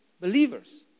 believers